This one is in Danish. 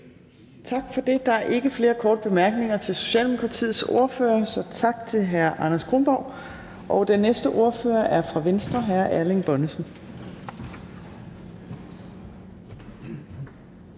Tak for det. Der er ikke flere korte bemærkninger til Socialdemokratiets ordfører, så tak til hr. Anders Kronborg. Den næste ordfører er fra Venstre, og det er hr. Erling Bonnesen.